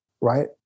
right